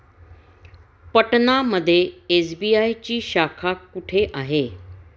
पटना मध्ये एस.बी.आय ची शाखा कुठे आहे?